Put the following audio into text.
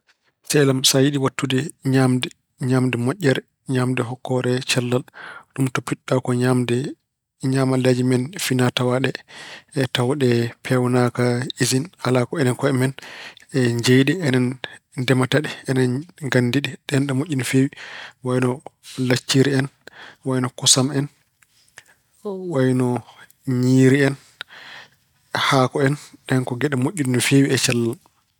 Sehil am, so yiɗi waɗtude ñaamde moƴƴere, ñaamde hokkoore cellal. Ɗum toppitoɗa ko ñaamde ñaamalleeje men finaa-tawaa ɗee. Tawa ɗe peewnaaka ijin. Alaa ko eɗen koye men njeeyi ɗe. Eɗen ndemata ɗe. Eɗen nganndi ɗe. Ɗeen ina moƴƴi no feewi ko wayino lacciri en, wayino kosam en, wayino ñiiri en, haako en. Ɗeen ko geɗe moƴƴuɗe no feewi e cellal.